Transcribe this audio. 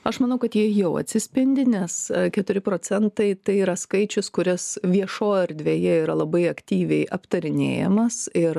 aš manau kad ji jau atsispindi nes keturi procentai tai yra skaičius kuris viešoj erdvėje yra labai aktyviai aptarinėjamas ir